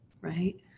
right